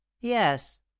yes